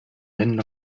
men